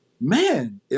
man